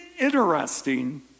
interesting